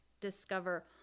discover